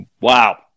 Wow